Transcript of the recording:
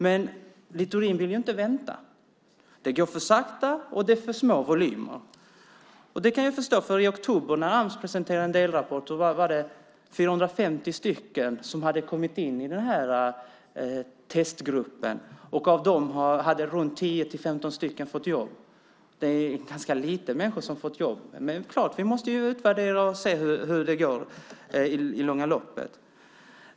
Men Littorin vill inte vänta. Det går för sakta, och det är för små volymer. Det kan jag förstå. I oktober när Ams presenterade en delrapport var det 450 som hade kommit in i denna testgrupp, och av dem hade 10-15 fått jobb. Det är ganska få människor som har fått jobb. Men man måste utvärdera och se hur det går i långa loppet.